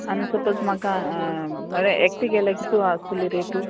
आनी सपोज म्हाका म्हळ्यार एकटें गेल्यार कितू आसतोली रेटू